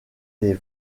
des